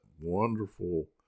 wonderful